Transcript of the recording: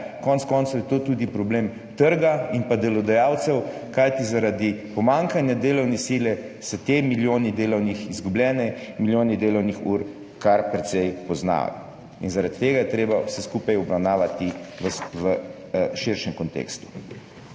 Konec koncev je to tudi problem trga in delodajalcev. Kajti zaradi pomanjkanja delovne sile se ti milijoni, izgubljeni milijoni delovnih ur kar precej poznajo. In zaradi tega je treba vse skupaj obravnavati v širšem kontekstu.